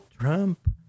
Trump